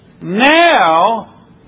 Now